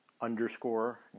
underscore